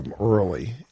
early